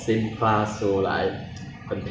I mean 如果过过完 higher NITEC ah